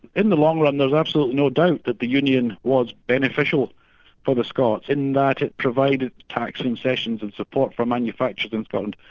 in the long run there's absolutely no doubt that the union was beneficial for the scots, in that it provided tax concessions and support for manufactures and so on.